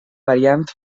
variant